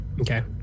okay